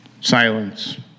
silence